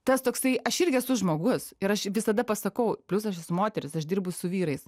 tas toksai aš irgi esu žmogus ir aš visada pasakau plius aš esu moteris aš dirbu su vyrais